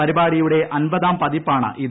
പരിപാടിയുടെ അൻപതാം പതിപ്പാണിത്